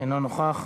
אינו נוכח.